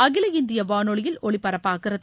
அகில இந்திய வானொலியில் ஒலிபரப்பாகிறது